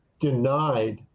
denied